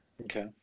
Okay